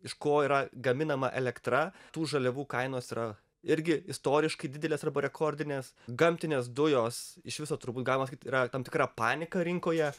iš ko yra gaminama elektra tų žaliavų kainos yra irgi istoriškai didelės arba rekordinės gamtinės dujos iš viso turbūt galima sakyt yra tam tikra panika rinkoje